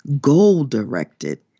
goal-directed